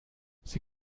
sie